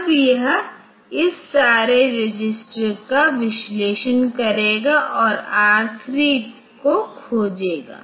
तब यह इस सारे रजिस्टर का विश्लेषण करेगा और R3 को खोजेगा